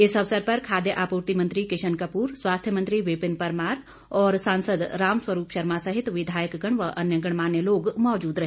इस अवसर पर खाद्य आपूर्ति मंत्री किशन कपूर स्वास्थ्य मंत्री विपिन परमार और सांसद रामस्वरूप शर्मा सहित विधायकगण व अन्य गणमान्य लोग मौजूद रहे